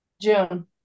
June